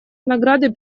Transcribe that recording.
награды